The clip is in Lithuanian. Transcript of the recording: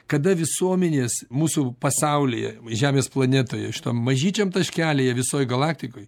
kada visuomenės mūsų pasaulyje žemės planetoje šitam mažyčiam taškelyje visoj galaktikoj